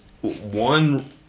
one